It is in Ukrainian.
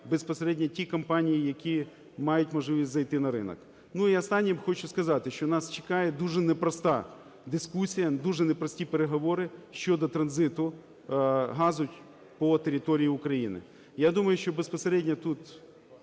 безпосередньо ті компанії, які мають можливість зайти на ринок. І останнім хочу сказати, що нас чекає дуже непроста дискусія, дуже непрості переговори щодо транзиту газу по території України. Я думаю, що безпосередньо тут